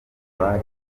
bari